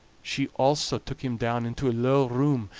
she also took him down into a low room,